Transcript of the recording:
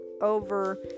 over